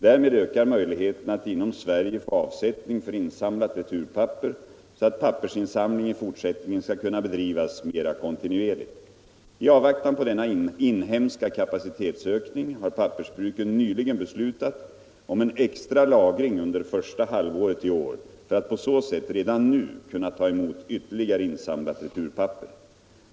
Därmed ökar möjligheterna att inom Sverige få avsättning för insamlat returpapper så att pappersinsamling i fortsättningen skall kunna bedrivas mera kontinuerligt. I avvaktan på denna inhemska kapacitetsökning har pappersbruken nyligen beslutat om en extra lagring under första halvåret i år för att på så sätt redan nu kunna ta emot ytterligare insamlat returpapper.